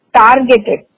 targeted